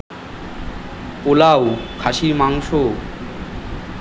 পোলাও খাসির মাংস